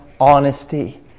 Honesty